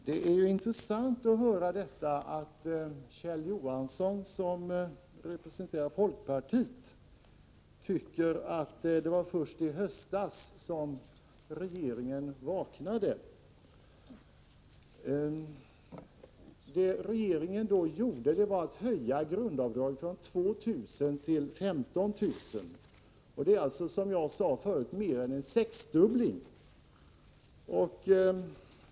Herr talman! Det var intressant att höra att Kjell Johansson, som representerar folkpartiet, tycker att det först var i höstas som regeringen vaknade. Vad regeringen gjorde var att höja grundavdraget från 2 000 till 15 000 kr. Det var alltså mer än en sexdubbling.